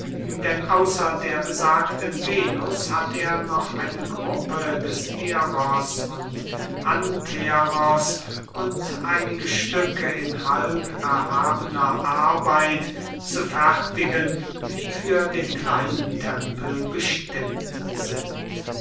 denn außer der besagten venus hat er noch eine gruppe des eros und anteros und einige stücke in halberhabener arbeit zu fertigen die für den kleinen tempel bestimmt sind